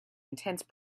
intense